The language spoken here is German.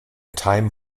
time